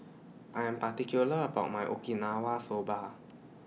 I Am particular about My Okinawa Soba